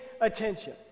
attention